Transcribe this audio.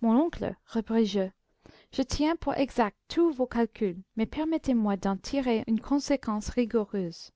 mon oncle repris-je je tiens pour exact tous vos calculs mais permettez-moi d'en tirer une conséquence rigoureuse